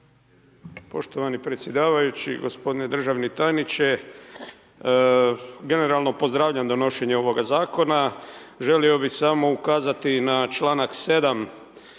Poštovani predsjedavajući, gospodine državni tajniče. Generalno, pozdravljam donošenje ovoga zakona. Želio bi samo ukazati na čl. 7.